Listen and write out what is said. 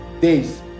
days